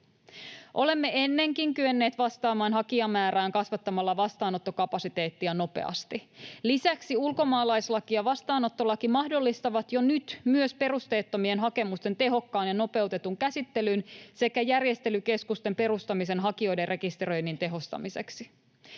Olemme ennenkin kyenneet vastaamaan hakijamäärään kasvattamalla vastaanottokapasiteettia nopeasti. Lisäksi ulkomaalaislaki ja vastaanottolaki mahdollistavat jo nyt myös perusteettomien hakemusten tehokkaan ja nopeutetun käsittelyn sekä järjestelykeskusten perustamisen hakijoiden rekisteröinnin tehostamiseksi.